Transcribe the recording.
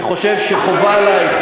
פעלת בחוסר סמכות.